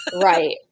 Right